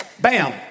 Bam